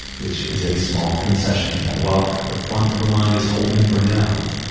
which is a small concession that while the front of the line is holding, for now,